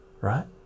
right